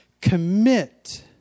commit